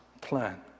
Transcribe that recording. plan